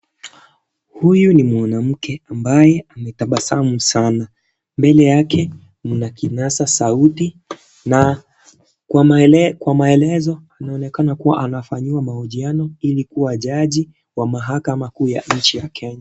Huyu ni mwanamke ambaye ametabasamu Sana mbele yake kuna kinasasauti na Kwa maelezo anaonekana kufanyiwa mahojiano ili aweze kuwa jaji kuu wa Kenya.